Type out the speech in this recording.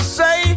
say